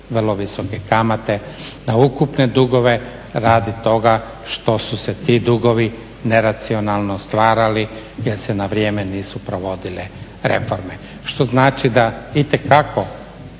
vrlo visoke kamate na ukupne dugove radi toga što su se ti dugovi neracionalno stvarali jer se na vrijeme nisu provodile reforme. Što znači da itekako